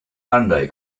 monday